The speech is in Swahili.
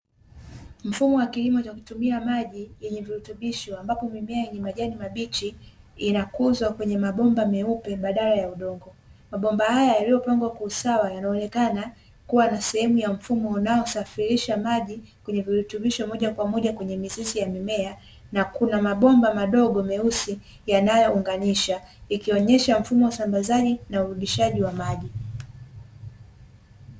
Mfumo wa kilimo cha kutumia maji yenye virutubisho, ambapo mimea yenye majani mabichi inakuzwa kwenye mabomba meupe badala ya udongo. Mabomba haya yaliyopangwa kwa usawa yanaonekana kuwa na sehemu ya mfumo unaosafirisha maji kwenye virutubisho moja kwa moja kwenye mizizi ya mimea na kuna mabomba madogo meusi yanayounganisha, ikionyesha mfumo wa usambazaji na urudishaji wa maji.